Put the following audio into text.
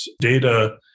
data